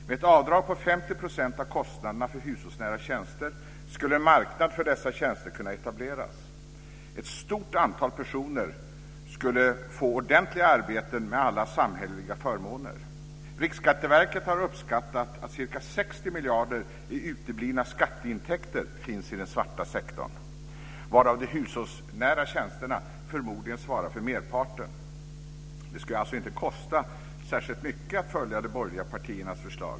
Med ett avdrag på 50 % av kostnaderna för hushållsnära tjänster skulle en marknad för dessa tjänster kunna etableras. Ett stort antal personer skulle få ordentliga arbeten med alla samhälleliga förmåner. Riksskatteverket har uppskattat att 60 miljarder i uteblivna skatteintäkter finns i den svarta sektorn, varav de hushållnära tjänsterna förmodligen svarar för merparten. Det skulle alltså inte kosta särskilt mycket att följa de borgerliga partiernas förslag.